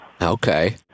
Okay